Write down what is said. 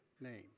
name